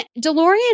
DeLorean